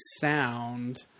sound